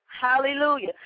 Hallelujah